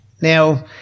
Now